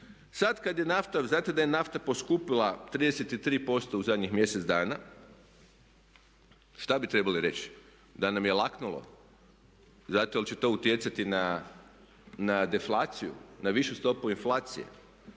Sad kad je nafta, znate da je nafta poskupila 33% u zadnjih mjesec dana, što bi trebali reći? Da nam je laknulo zato jer će to utjecati na deflaciju, na višu stopu inflacije?